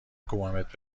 کوبمت